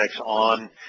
on